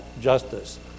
justice